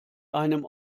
einem